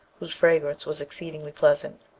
whose fragrance was exceedingly pleasant.